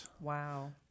Wow